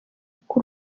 kuko